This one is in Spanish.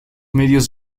medios